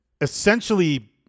essentially